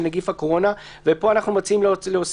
נגיף הקורונה ופה אנחנו מציעים להוסיף,